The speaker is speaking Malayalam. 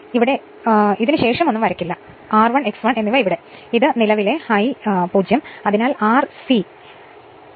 അതിനാൽ ഇവയ്ക്ക് ശേഷം ഒന്നും വരയ്ക്കില്ല ഒന്നും വരയ്ക്കില്ല R1 X1 എന്നിവ ഇവിടെ ഇടുക ഇതാണ് നിലവിലെ I0